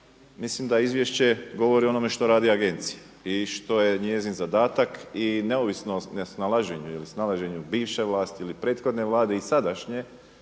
mislim da izvješće govori o onome što radi Agencija i što je njezin zadataka i neovisno o nesnalaženju ili snalaženju bivše vlasti ili prethodne Vlade i sadašnje